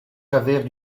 javert